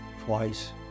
twice